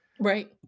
Right